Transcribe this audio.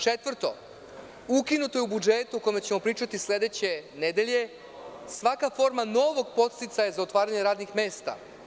Četvrto, ukinuta je u budžetu, o kome ćemo pričati sledeće nedelje, svaka forma novog podsticaja za otvaranje radnih mesta.